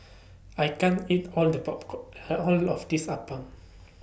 I can't eat All The Popcorn All of This Appam